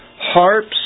harps